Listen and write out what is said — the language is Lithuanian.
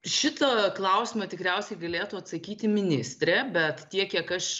šitą klausimą tikriausiai galėtų atsakyti ministrė bet tiek kiek aš